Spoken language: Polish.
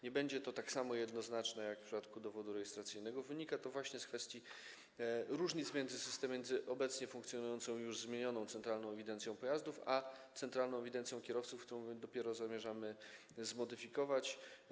Nie będzie to tak samo jednoznaczne jak w przypadku dowodu rejestracyjnego, a wynika to właśnie z kwestii różnic między obecnie funkcjonującą, już zmienioną Centralną Ewidencją Pojazdów a Centralną Ewidencją Kierowców, którą dopiero zamierzamy zmodyfikować.